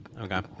Okay